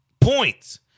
points